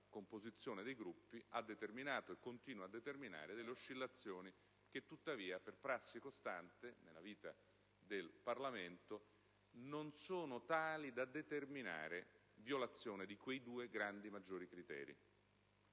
composizione dei Gruppi ha determinato e continua a determinare delle oscillazioni che, tuttavia, per prassi costante nella vita del Parlamento non sono tali da determinare violazione di quei due grandi criteri: